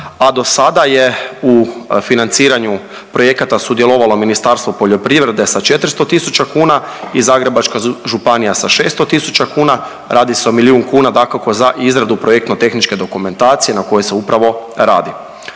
a dosada je u financiranju projekata sudjelovalo Ministarstvo poljoprivrede sa 400 tisuća kuna i Zagrebačka županija sa 600 tisuća kuna, radi se o milijun kuna dakako za izradu projektno-tehničke dokumentacije na kojoj se upravo radi.